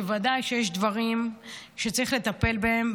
בוודאי יש דברים שצריך לטפל בהם,